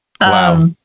Wow